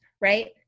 right